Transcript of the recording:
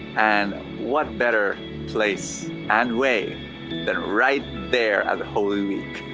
and what better place and way that right there, at the holy week.